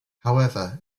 however